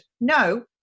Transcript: No